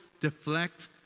deflect